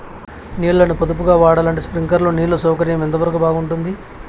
నీళ్ళ ని పొదుపుగా వాడాలంటే స్ప్రింక్లర్లు నీళ్లు సౌకర్యం ఎంతవరకు బాగుంటుంది?